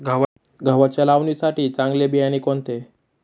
गव्हाच्या लावणीसाठी चांगले बियाणे कोणते?